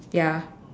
ya